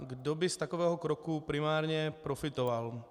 Kdo by z takového kroku primárně profitoval?